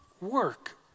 work